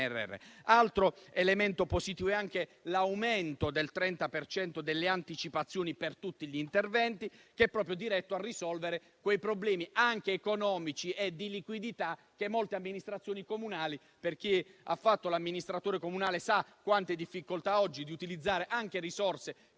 Altro elemento positivo è l'aumento del 30 per cento delle anticipazioni per tutti gli interventi, che è proprio diretto a risolvere quei problemi anche economici e di liquidità che hanno molte amministrazioni comunali. Infatti, chi è stato amministratore comunale sa quante difficoltà ci sono nell'utilizzare risorse che